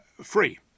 free